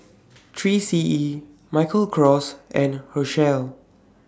three C E Michael Kors and Herschel